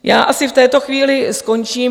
Já asi v této chvíli skončím.